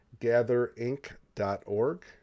gatherinc.org